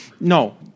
No